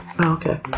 Okay